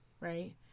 Right